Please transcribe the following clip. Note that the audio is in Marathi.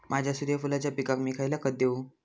माझ्या सूर्यफुलाच्या पिकाक मी खयला खत देवू?